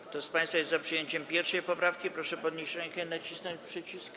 Kto z państwa jest za przyjęciem 1. poprawki, proszę podnieść rękę i nacisnąć przycisk.